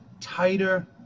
tighter